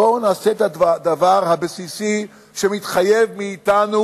בואו נעשה את הדבר הבסיסי שמתחייב מאתנו.